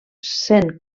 sent